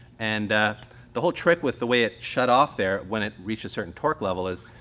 and the whole trick with the way it shut off there when it reached a certain torque level is,